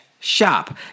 Shop